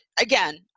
again